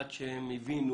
עד שהם הבינו,